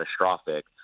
catastrophic